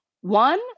one